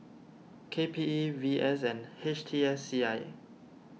K P E V S and H T S C I